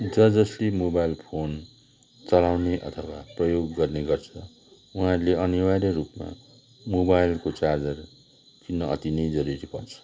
ज जसले mobile phone चलाउने अथवा प्रयोग गर्ने गर्छ उहाँहरूले अनिवार्य रूपमा मोबाइलको चार्जर किन्न अति नै जरुरी पर्छ